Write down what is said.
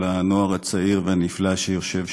כל הנוער הצעיר והנפלא שיושב שם,